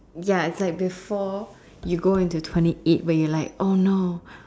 ya it's like before you go into twenty eight where you're like oh no